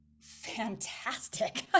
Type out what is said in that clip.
fantastic